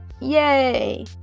Yay